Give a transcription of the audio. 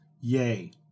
yay